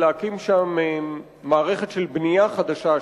להקים שם מערכת של בנייה חדשה,